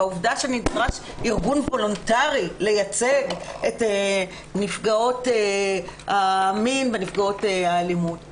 בעובדה שנדרש ארגון וולונטרי לייצג את נפגעות המין ונפגעות האלימות.